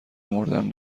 مردن